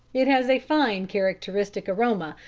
it has a fine characteristic aroma,